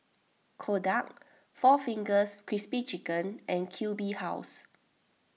Kodak four Fingers Crispy Chicken and Q B House